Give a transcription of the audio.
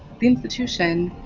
the institution,